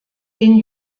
den